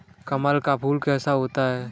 कमल का फूल कैसा होता है?